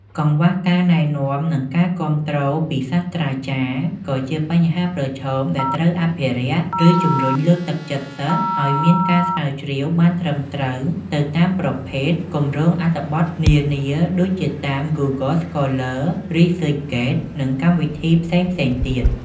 កង្វះការណែនាំ និងការគាំទ្រពីសាស្ត្រាចារ្យក៏ជាបញ្ហាប្រឈមដែលត្រូវអភិរក្សឫជំរុញលើកទឹកចិត្តសិស្សឱ្យមានការស្រាវជ្រាវបានត្រឹមត្រូវទៅតាមប្រភេទកម្រោងអត្ថបទនានា ដូចជាតាម ហ្គូហ្គល ស្កូល័រ (Google Scholar) រីស៊ឺចហ្គេត (ResearchGate) និងកម្មវិធីផ្សេងៗទៀត។